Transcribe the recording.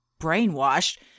brainwashed